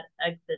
exit